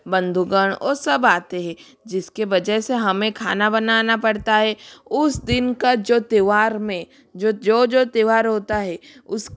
बंधुगण वह सब आते हैं जिसकी वजह से हमें खाना बनाना पड़ता हे उस दिन का जो त्योहार में जो जो त्योहार होता है उस